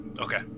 Okay